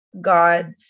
God's